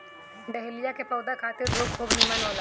dahlia के पौधा खातिर धूप खूब निमन होला